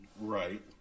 Right